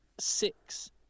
six